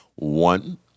One